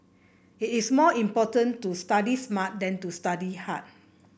it is more important to study smart than to study hard